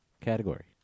category